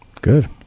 Good